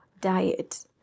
diet